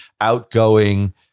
outgoing